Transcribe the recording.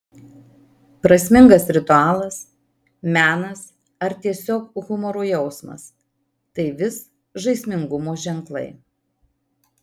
prasmingas ritualas menas ar tiesiog humoro jausmas tai vis žaismingumo ženklai